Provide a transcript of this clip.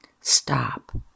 Stop